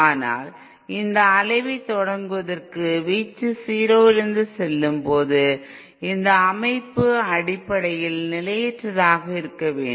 ஆனால் இந்த அலைவை தொடங்குவதற்கு வீச்சு 0 விலிருந்து செல்லும்போது இந்த அமைப்பு அடிப்படையில் நிலையற்றதாக இருக்க வேண்டும்